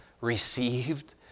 received